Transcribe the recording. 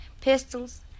pistols